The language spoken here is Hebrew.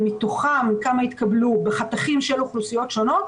ומתוכן כמה התקבלו בחתכים של אוכלוסיות שונות,